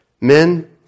Men